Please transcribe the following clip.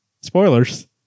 spoilers